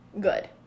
good